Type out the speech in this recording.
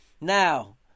Now